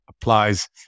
applies